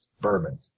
bourbon